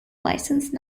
license